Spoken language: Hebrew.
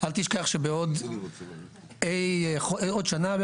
אל תשכח שעוד שנה,